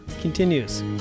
continues